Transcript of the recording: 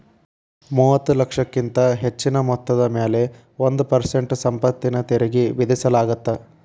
ಮೂವತ್ತ ಲಕ್ಷಕ್ಕಿಂತ ಹೆಚ್ಚಿನ ಮೊತ್ತದ ಮ್ಯಾಲೆ ಒಂದ್ ಪರ್ಸೆಂಟ್ ಸಂಪತ್ತಿನ ತೆರಿಗಿ ವಿಧಿಸಲಾಗತ್ತ